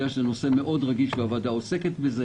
שזה נושא רגיש מאוד והוועדה עוסקת בזה.